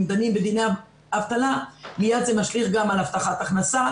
אם דנים בדיני עבודה מיד זה משליך גם על הבטחת הכנסה